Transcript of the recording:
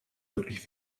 wirklich